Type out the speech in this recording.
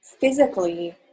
physically